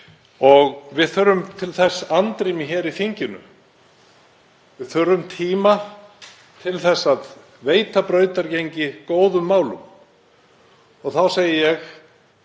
og við þurfum til þess andrými hér í þinginu. Við þurfum tíma til að veita brautargengi góðum málum. Þá segi ég